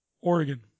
Oregon